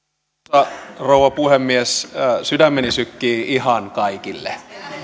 arvoisa rouva puhemies sydämeni sykkii ihan kaikille